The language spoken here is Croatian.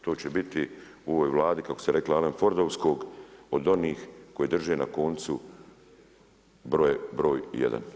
To će biti u ovoj Vladi kako ste rekli Alan Fordovskog, od onih koji drže na koncu broj 1.